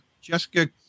Jessica